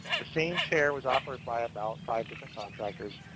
the same chair was offered by about five different contractors.